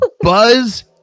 Buzz